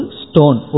stone